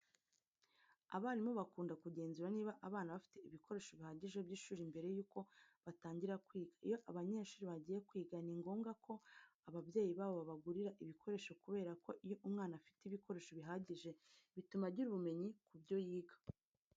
Abarimu bakunda kugenzura niba abana bafite ibikoresho bihagije by'ishuri mbere yuko batangira kwiga. Iyo abanyeshuri bagiye kwiga ni ngombwa ko ababyeyi babo babagurira ibikoresho kubera ko iyo umwana afite ibikoresho bihagije bituma agira ubumenyi ku byo yiga.